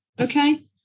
Okay